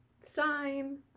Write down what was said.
sign